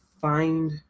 find